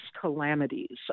calamities